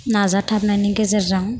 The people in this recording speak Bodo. नाजाथाबनायनि गेजेरजों